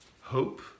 hope